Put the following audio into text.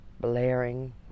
blaring